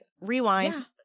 rewind